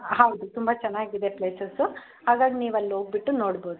ಹೌದು ತುಂಬ ಚೆನ್ನಾಗಿದೆ ಪ್ಲೇಸಸ್ಸು ಹಾಗಾಗಿ ನೀವು ಅಲ್ಲಿ ಹೋಗಿಬಿಟ್ಟು ನೋಡ್ಬೋದು